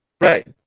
Right